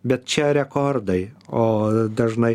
bet čia rekordai o dažnai